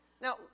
Now